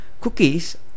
Cookies